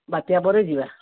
ବାତ୍ୟା ପରେ ଯିବା